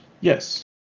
yes